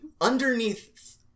underneath